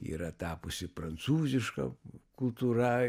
yra tapusi prancūziška kultūra